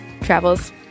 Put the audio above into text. travels